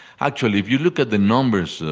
actually, if you look at the numbers,